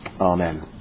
Amen